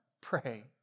pray